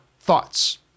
thoughts